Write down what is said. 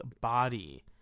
body